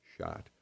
shot